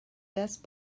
best